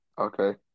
Okay